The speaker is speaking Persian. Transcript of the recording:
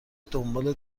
دنبال